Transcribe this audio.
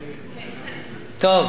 טוב, אני מאמין בקדוש-ברוך-הוא.